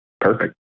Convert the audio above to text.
Perfect